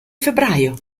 febbraio